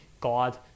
God